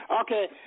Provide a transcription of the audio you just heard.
Okay